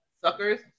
suckers